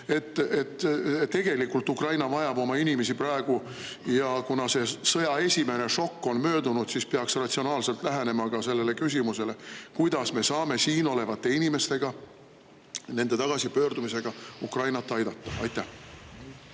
Tegelikult Ukraina vajab oma inimesi praegu ja kuna sõja esimene šokk on möödunud, siis peaks ratsionaalselt lähenema ka sellele küsimusele, kuidas me saame siin olevate inimestega, nende tagasipöördumisega, Ukrainat aidata. Jaa,